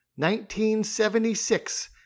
1976